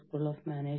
ഞാൻ ആരാധ്ന മാലിക്